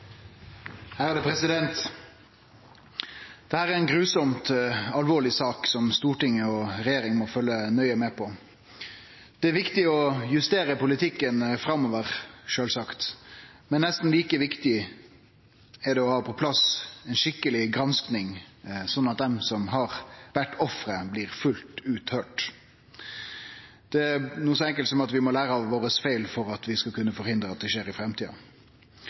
alvorleg sak Stortinget og regjeringa må følgje nøye med på. Det er viktig å justere politikken framover, sjølvsagt, men nesten like viktig er det å ha på plass ei skikkeleg gransking, slik at dei som har vore offer, blir fullt ut høyrde. Det er noko så enkelt som at vi må lære av feila våre for at vi skal kunne forhindre at dei skjer i framtida.